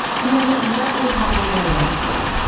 and then, what is happening during light sleep?